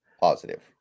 positive